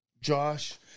Josh